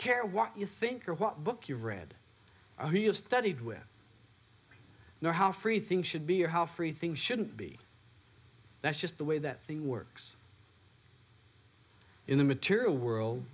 care what you think or what book you've read ok you've studied with know how free things should be or how free things shouldn't be that's just the way that thing works in the material world